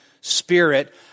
spirit